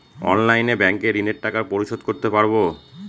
অনলাইনে ব্যাংকের ঋণের টাকা পরিশোধ করতে পারবো?